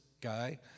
guy